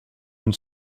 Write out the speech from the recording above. une